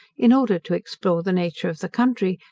in order to explore the nature of the country,